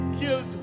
killed